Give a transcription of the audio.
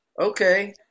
Okay